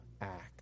act